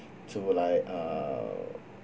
to like err